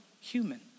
human